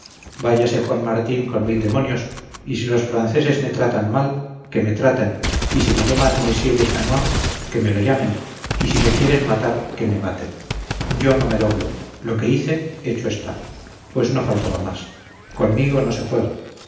váyase juan martín con mil demonios y si los franceses me tratan mal que me traten y si me llaman monsieur le chanoine que me lo llamen y si me quieren matar que me maten yo no me doblo lo que hice hecho está pues no faltaba más conmigo no se juega